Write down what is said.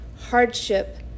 hardship